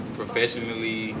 professionally